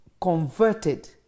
converted